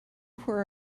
her